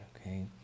okay